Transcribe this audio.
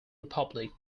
republic